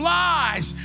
lies